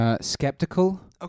Skeptical